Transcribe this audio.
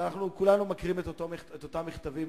אבל כולנו מכירים את אותם מכתבים.